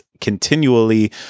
continually